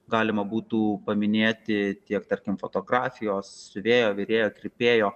galima būtų paminėti tiek tarkim fotografijos siuvėjo virėjo kirpėjo